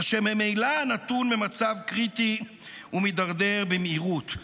אשר ממילא נתון במצב קריטי ומידרדר במהירות,